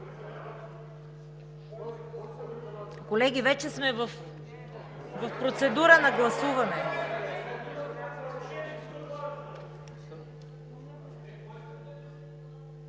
Колеги, вече сме в процедура на гласуване.